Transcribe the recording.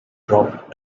dropped